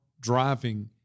driving